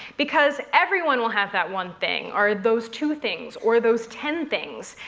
because everyone will have that one thing. or those two things or those ten things.